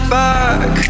back